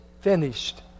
finished